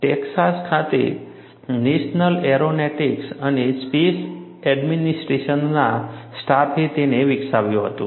Texas ખાતે national aeronautics અને space એડમિનિસ્ટ્રેશનના સ્ટાફે તેને વિકસાવ્યું હતું